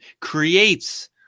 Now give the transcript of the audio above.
creates